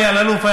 אלי אלאלוף,